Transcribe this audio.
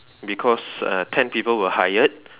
because uh ten people were hired